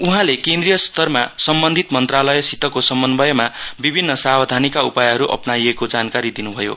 उहाँले केन्द्रिय स्तरमा सम्बन्धित मन्त्रालयसितको समन्वयतमा विभिन्न सावधानीका उपायहरू अपनाइको जानकारी दिनु भयो